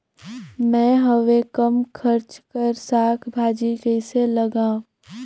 मैं हवे कम खर्च कर साग भाजी कइसे लगाव?